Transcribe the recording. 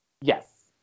Yes